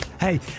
Hey